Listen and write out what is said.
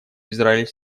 израиль